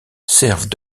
servent